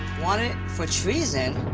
wanted for treason?